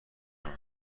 کنم